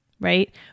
right